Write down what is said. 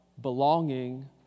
belonging